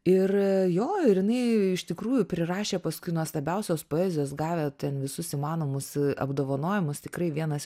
ir jo ir jinai iš tikrųjų prirašė paskui nuostabiausios poezijos gavę ten visus įmanomus apdovanojimus tikrai vienas